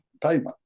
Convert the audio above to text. payment